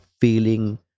feeling